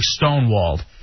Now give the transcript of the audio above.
stonewalled